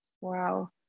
wow